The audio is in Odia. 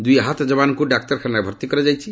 ଦୁଇ ଆହତ ଯବାନଙ୍କୁ ଡାକ୍ତରଖାନାରେ ଭର୍ତ୍ତି କରାଯାଇଛି